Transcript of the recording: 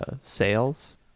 sales